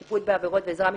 שיפוט בעבירות ועזרה משפטית),